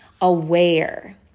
aware